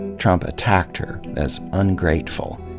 trump attacked her as ungrateful,